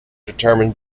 determined